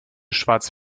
schwarz